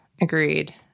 agreed